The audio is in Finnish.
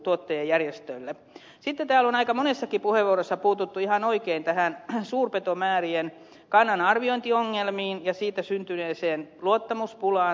sitten täällä on aika monessakin puheenvuorossa puututtu ihan oikein suurpetokannan arviointiongelmiin ja siitä syntyneeseen luottamuspulaan